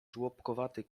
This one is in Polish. żłobkowaty